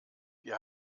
wir